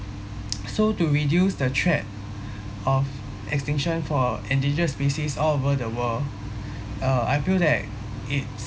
so to reduce the threat of extinction for endangered species all over the world uh I feel that it's